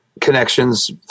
connections